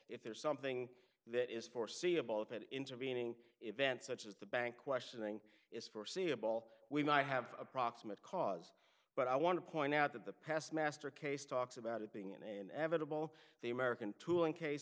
if there is something that is foreseeable if it intervening event such as the bank questioning is foreseeable we might have a proximate cause but i want to point out that the past master case talks about it being an inevitable the american tooling case